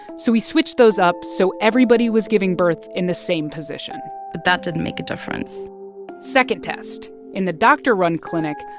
so he switched those up so everybody was giving birth in the same position but that didn't make a difference second test in the doctor-run clinic,